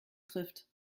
trifft